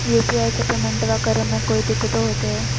UPI से पेमेंटबा करे मे कोइ दिकतो होते?